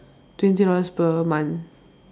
twenty dollars per month